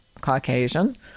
Caucasian